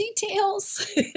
details